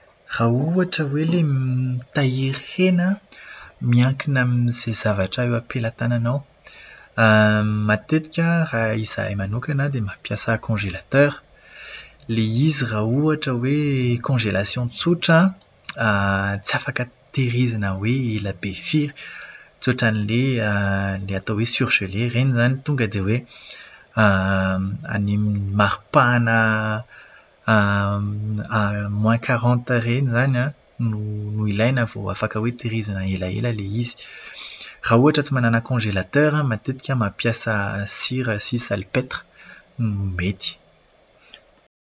Raha ohatra hoe ilay mitahiry hena, miankina amin'izay zavatra eo am-pelatananao. Matetika raha izahay manokana dia mampiasa "congélateur". Ilay izy raha ohatra hoe "congélation" tsotra, tsy afaka tahirizina hoe ela be firy. Tsy ohatran'ilay ny atao hoe "surgelé". Ireny izany tonga dia hoe any amin'ny maripàna "moins quarante" ireny izany an no ilaina vao afaka hoe tahirizina elaela ilay izy. Raha ohatra tsy manana "congélateur" matetika mampiasa sira sy "salpetre" no mety.